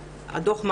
זה דחיפות הנושא.